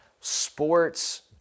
sports